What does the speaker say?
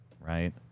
right